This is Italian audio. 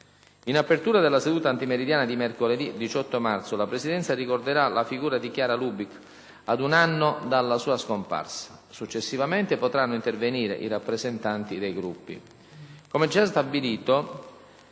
In apertura della seduta antimeridiana di mercoledì 18 marzo la Presidenza ricorderà la figura di Chiara Lubich ad un anno dalla sua scomparsa. Successivamente potranno intervenire i rappresentanti dei Gruppi.